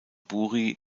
buri